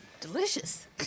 Delicious